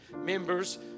members